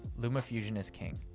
lumafusion is king.